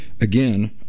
Again